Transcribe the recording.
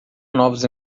novos